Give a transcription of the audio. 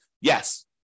Yes